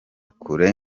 kure